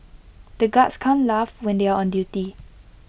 the guards can't laugh when they are on duty